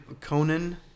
Conan